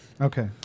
Okay